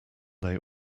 they